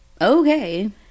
Okay